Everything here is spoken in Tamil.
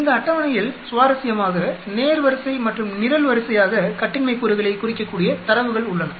இந்த அட்டவணையில் சுவாரஸ்யமாக நேர் வரிசை மற்றும் நிரல் வரிசையாக கட்டின்மை கூறுகளைக் குறிக்ககூடிய தரவுகள் உள்ளன